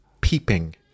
peeping